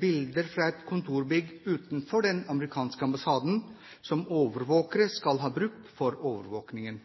bilder fra et kontorbygg utenfor den amerikanske ambassaden som overvåkere skal ha brukt for overvåkingen.